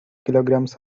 kilograms